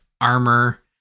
armor